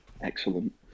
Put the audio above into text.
Excellent